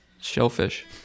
shellfish